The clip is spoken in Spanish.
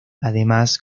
además